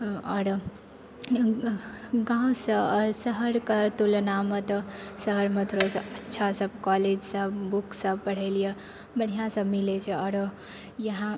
आओर गाँव सँ आओर शहरके तुलनामे तऽ शहरमे थोड़ा अच्छा सा कॉलेज सब बुक सब पढ़ै लिए बढ़िआँसँ मिलै छै आओर यहाँ